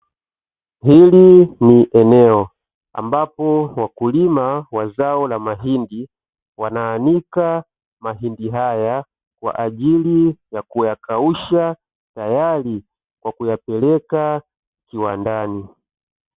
Hili ni eneo ambapo wakulima wa zao la mahindi, wanaanika mahindi haya kwajili ya kuyakausha tayari kwa kuyapeleka kiwandani.